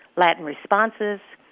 latin responses,